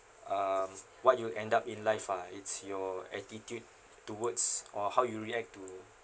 um what you end up in life ah it's your attitude towards or how you react to